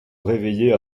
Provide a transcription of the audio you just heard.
réveillée